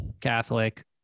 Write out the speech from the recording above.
Catholic